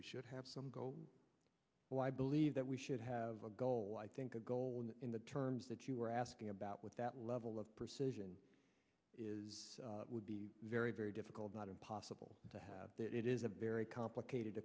we should have some gold so i believe that we should have a goal i think a goal and in the terms that you were asking about with that level of precision is it would be very very difficult not impossible to have that it is a very complicated